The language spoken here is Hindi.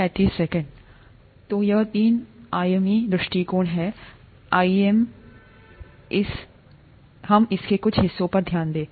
तो यह तीन आयामी दृष्टिकोण है आइए हम इसके कुछ हिस्सों पर ध्यान दें